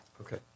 Okay